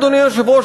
אדוני היושב-ראש,